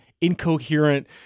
incoherent